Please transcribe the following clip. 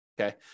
okay